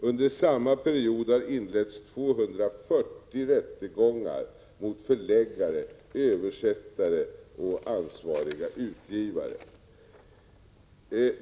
Under samma period har inletts 240 rättegångar mot förläggare, översättare och ansvariga utgivare.